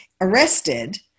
arrested